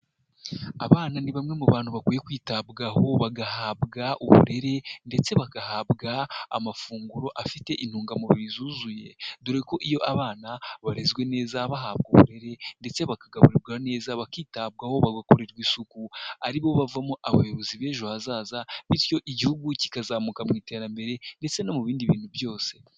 Abana ni bamwe mu bantu bakwiye kwitabwaho bagahabwa uburere ndetse bagahabwa amafunguro afite intungamubiri zuzuye dore ko iyo abana barezwe neza bahabwa uburere ndetse bakagaburirwa neza bakitabwaho bagakorerwa isuku, ari bo bavamo abayobozi b'ejo hazaza bityo igihugu kikazamuka mu iterambere ndetse no mu bindi bintu byose.